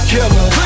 Killer